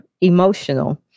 emotional